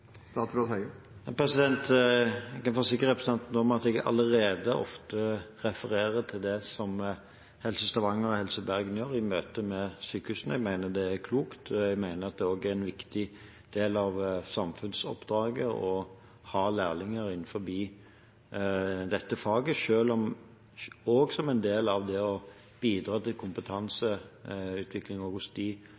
kan forsikre representanten om at jeg ofte allerede refererer til det som Helse Stavanger og Helse Bergen gjør, i møte med sykehusene. Jeg mener det er klokt. Jeg mener at det også er en viktig del av samfunnsoppdraget å ha lærlinger i dette faget, også som en del av det å bidra til